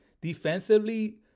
defensively